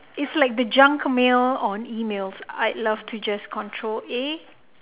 it's like the junk mail on emails I love to just control A